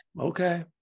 Okay